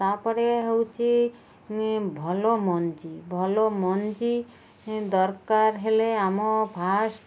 ତା'ପରେ ହେଉଛି ଭଲ ମଞ୍ଜି ଭଲ ମଞ୍ଜି ଦରକାର ହେଲେ ଆମ ଫାଷ୍ଟ